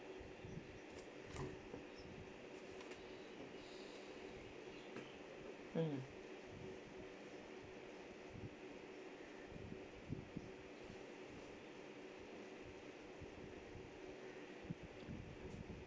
mm